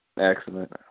Excellent